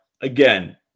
again